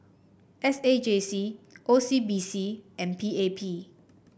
S A J C O C B C and P A P